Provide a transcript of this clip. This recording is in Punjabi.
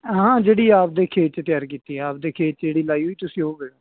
ਹਾਂ ਜਿਹੜੀ ਆਪਣੇ ਖੇਤ 'ਚ ਤਿਆਰ ਕੀਤੀ ਆਪਣੇ ਖੇਤ ਜਿਹੜੀ ਲਗਾਈ ਹੋਈ ਤੁਸੀਂ ਉਹ ਕਰਿਓ